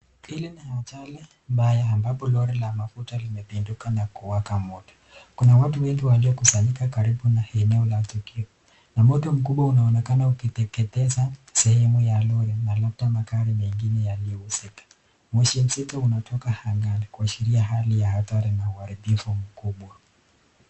Hili ni ajali mbaya ambapo lori la mafuta limependuka na kuwaka moto. Kuna watu watu wengi waliokusanyika karibu na eneo la tukio na moto mkubwa inaonekana ikiteketeza sehemu la lori na labda magari mengine yaliyohusika. Moshi nzito inatoka angani kuashiria hali ya hatari na uharibifu mkubwa.